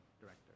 director